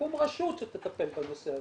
שתקום רשות שתטפל בנושא הזה.